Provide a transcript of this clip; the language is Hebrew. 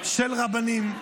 של רבנים,